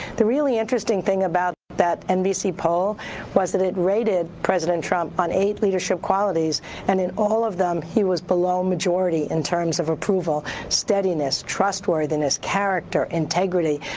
the really interesting thing about that nbc poll was that it rated president trump on eight leadership qualities and in all of them he was below majority in terms of approval, steadiness, trustworthiness, character, integrity,